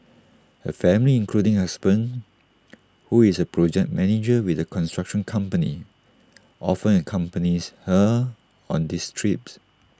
her family including her husband who is A project manager with A construction company often accompanies her on these trips